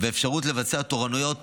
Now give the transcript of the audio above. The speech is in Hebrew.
ואפשרות לבצע תורנויות